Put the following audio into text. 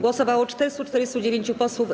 Głosowało 449 posłów.